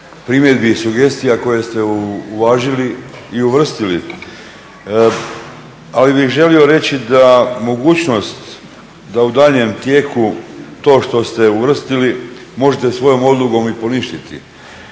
primjedbi i sugestija koje ste uvažili i uvrstili. Ali bih želio reći da mogućnost da u daljnjem tijeku to što ste uvrstili možete svojom odlukom i poništiti